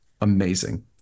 amazing